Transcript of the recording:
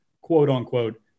quote-unquote